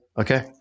Okay